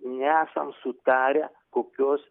nesam sutarę kokios